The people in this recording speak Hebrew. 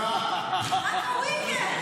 אז מה ---- רק ה-weekend.